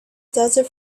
desert